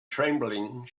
trembling